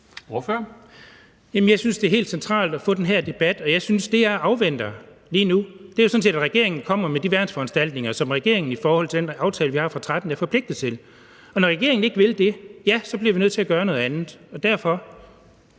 Jeg synes, det er helt centralt at få den her debat, og det, som jeg afventer lige nu, er jo sådan set, at regeringen kommer med de værnsforanstaltninger, som regeringen i forhold til den aftale, vi har fra 2013, er forpligtet til. Og når regeringen ikke vil det, så bliver vi nødt til at gøre noget andet, og derfor